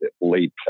late